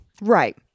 Right